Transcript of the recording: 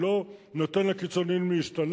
הוא לא נותן לקיצונים להשתלט,